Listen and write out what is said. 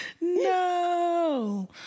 No